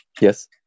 Yes